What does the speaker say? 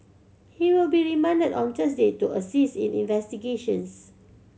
he will be remanded on Thursday to assist in investigations